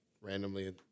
randomly